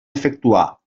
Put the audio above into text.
efectuar